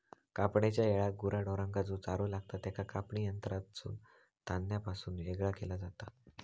कापणेच्या येळाक गुरा ढोरांका जो चारो लागतां त्याका कापणी यंत्रासून धान्यापासून येगळा केला जाता